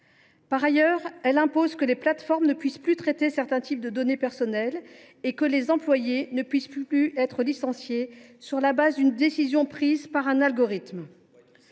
Par ailleurs, elle impose que les plateformes ne puissent plus traiter certains types de données personnelles et que les employés ne puissent plus être licenciés sur la base d’une décision prise par un algorithme.